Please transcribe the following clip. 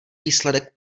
výsledek